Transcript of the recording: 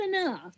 enough